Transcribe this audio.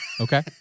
Okay